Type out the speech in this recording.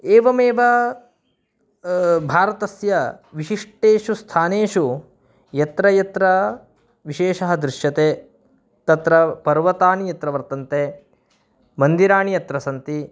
एवमेव भारतस्य विशिष्टेषु स्थानेषु यत्र यत्र विशेषः दृश्यते तत्र पर्वतानि यत्र वर्तन्ते मन्दिराणि यत्र सन्ति